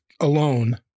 alone